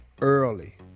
early